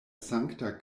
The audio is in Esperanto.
sankta